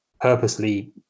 purposely